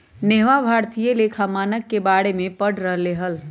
नेहवा भारतीय लेखा मानक के बारे में पढ़ रहले हल